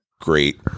great